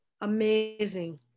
Amazing